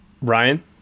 Ryan